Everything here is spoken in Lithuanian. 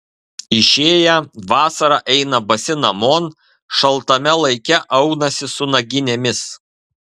išėję vasarą eina basi namon šaltame laike aunasi su naginėmis